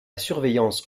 surveillance